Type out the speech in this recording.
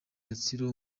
rutsiro